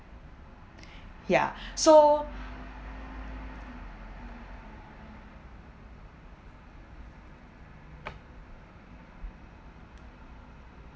ya so